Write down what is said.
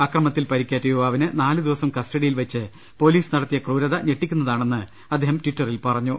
അക്രമ ത്തിൽ പരിക്കേറ്റ യുവാവിനെ നാല് ദിവസം കസ്റ്റഡിയിൽ വെച്ച് പൊലീസ് നടത്തിയ ക്രൂരത ഞെട്ടിക്കുന്നതാണെന്ന് അദ്ദേഹം ടിറ്ററിൽ പ്റഞ്ഞു